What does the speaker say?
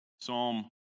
Psalm